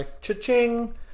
Cha-ching